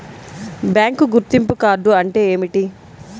Bank గుర్తింపు card అంటే ఏమిటి?